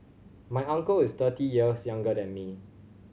my uncle is thirty years younger than me